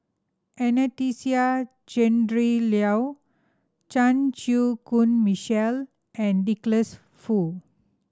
Anastasia Tjendri Liew Chan Chew Koon Michael and Douglas Foo